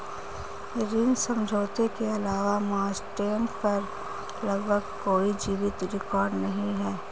ऋण समझौते के अलावा मास्टेन पर लगभग कोई जीवित रिकॉर्ड नहीं है